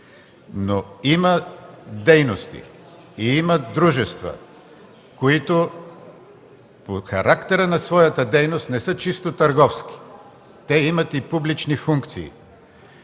Но има дейности и има дружества, които по характера на своята дейност не са чисто търговски. Те имат и публични функции.